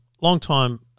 long-time